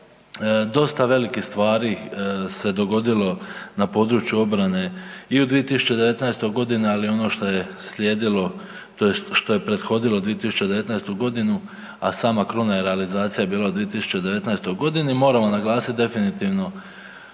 Dosta velike stvari se dogodilo na području obrane i u 2019. godini, ali ono što je slijedilo tj. što je prethodilo 2019. godinu, a sama kruna je realizacija bila u 2019. godini moramo naglasiti definitivno